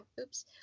oops